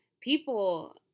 people